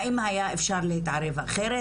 האם היה אפשר להתערב אחרת?